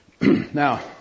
Now